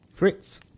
Fritz